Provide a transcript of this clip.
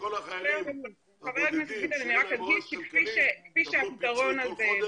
שכל החיילים הבודדים שאין להם עורף כלכלי יקבלו פיצוי כל חודש.